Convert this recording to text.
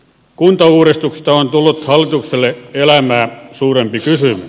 kuntauudistuksesta on tullut hallitukselle elämää suurempi kysymys